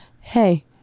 Hey